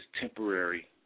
temporary